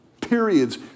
periods